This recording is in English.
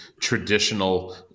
traditional